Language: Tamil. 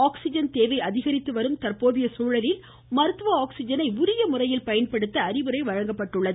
ஆக்சிஜன் தேவை அதிகரித்து வரும் தற்போதைய சூழலில் மருத்துவ ஆக்சிஜனை உரிய முறையில் பயன்படுத்த அறிவுரை வழங்கப்பட்டுள்ளது